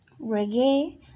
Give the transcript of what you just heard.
reggae